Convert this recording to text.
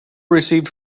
received